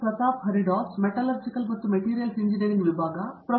ಪ್ರತಾಪ್ ಹರಿಡೋಸ್ ಇಂದು ನಮ್ಮೊಂದಿಗೆ ಡಾ